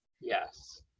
yes